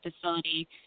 facility